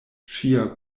ŝia